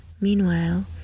Meanwhile